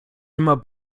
immer